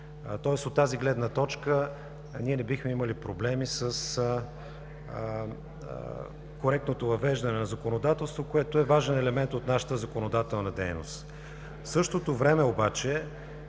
Тоест, от тази гледна точка ние не бихме имали проблеми с коректното въвеждане на законодателство, което е важен елемент от нашата законодателна дейност. В същото време обаче